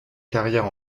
carrière